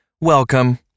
welcome